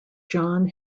john